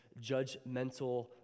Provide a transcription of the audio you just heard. judgmental